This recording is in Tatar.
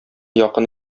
якын